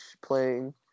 playing